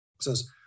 says